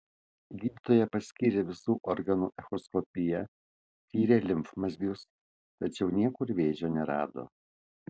gydytoja paskyrė visų organų echoskopiją tyrė limfmazgius tačiau niekur vėžio nerado